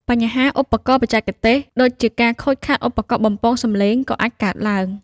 បញ្ហាឧបករណ៍បច្ចេកទេស ដូចជាការខូចខាតឧបករណ៍បំពងសំឡេងក៏អាចកើតឡើង។